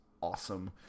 awesome